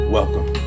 Welcome